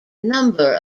number